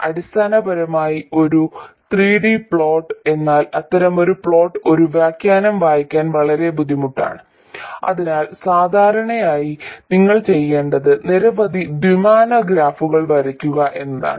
അടിസ്ഥാനപരമായി ഒരു 3D plot എന്നാൽ അത്തരമൊരു പ്ലോട്ട് ഒരു വ്യാഖ്യാനം വായിക്കാൻ വളരെ ബുദ്ധിമുട്ടാണ് അതിനാൽ സാധാരണയായി നിങ്ങൾ ചെയ്യേണ്ടത് നിരവധി ദ്വിമാന ഗ്രാഫുകൾ വരയ്ക്കുക എന്നതാണ്